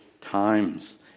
times